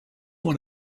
one